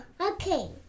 Okay